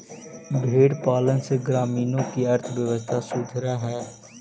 भेंड़ पालन से ग्रामीणों की अर्थव्यवस्था सुधरअ हई